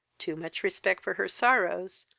too much respect for her sorrows,